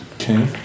Okay